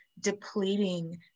depleting